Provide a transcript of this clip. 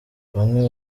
bamwe